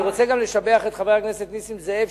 אני גם רוצה לשבח את חבר הכנסת נסים זאב,